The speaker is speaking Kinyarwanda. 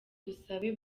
dusabe